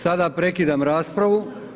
Sada prekidam raspravu.